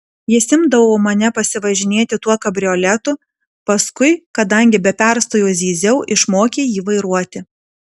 jis imdavo mane pasivažinėti tuo kabrioletu paskui kadangi be perstojo zyziau išmokė jį vairuoti